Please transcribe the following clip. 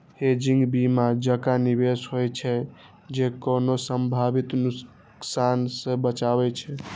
hedging बीमा जकां निवेश होइ छै, जे कोनो संभावित नुकसान सं बचाबै छै